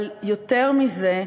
אבל יותר מזה,